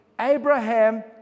Abraham